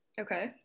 Okay